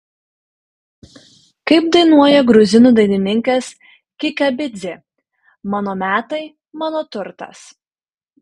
kaip dainuoja gruzinų dainininkas kikabidzė mano metai mano turtas